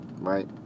Right